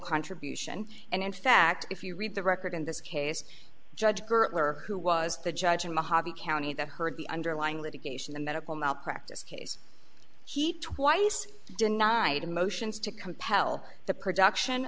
contribution and in fact if you read the record in this case judge gertler who was the judge in mojave county that heard the underlying litigation the medical malpractise case he twice denied motions to compel the production